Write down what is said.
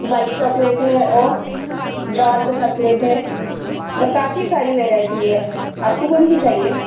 white chocolate है और dark chocolate है यह काफ़ी सारी वैरायटी है आपको कौनसी चाहिए